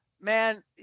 man